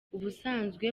ubusanzwe